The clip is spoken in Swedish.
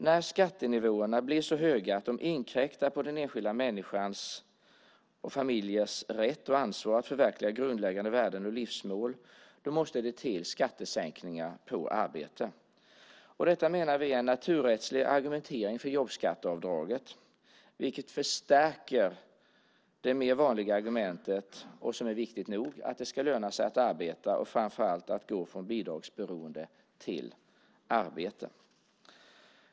När skattenivåerna blir så höga att de inkräktar på den enskilda människans och familjers rätt och ansvar att förverkliga grundläggande värden och livsmål måste det till skattesänkningar på arbete. Vi menar att detta är en naturrättslig argumentering för jobbskatteavdraget, vilket förstärker det mer vanliga argumentet, som är viktigt nog, att det ska löna sig att arbeta och framför allt att gå från bidragsberoende till arbete.